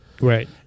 Right